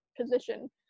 position